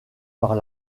par